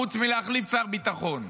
חוץ מלהחליף שר ביטחון.